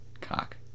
cock